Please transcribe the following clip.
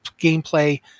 gameplay